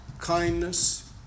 kindness